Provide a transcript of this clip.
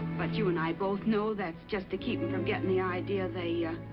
but you and i both know, that's just to keep them from getting the idea they, ah.